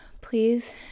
please